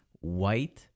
white